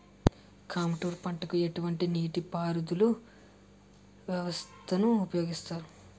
Contour పంటకు ఎటువంటి నీటిపారుదల వ్యవస్థను ఉపయోగిస్తారు?